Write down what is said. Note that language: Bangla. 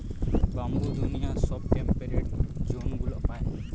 ব্যাম্বু দুনিয়ার সব টেম্পেরেট জোনগুলা পায়